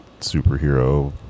superhero